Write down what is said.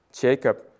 Jacob